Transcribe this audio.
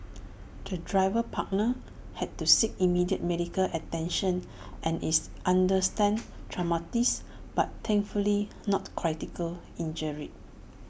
the driver partner had to seek immediate medical attention and is understand traumatised but thankfully not critically injured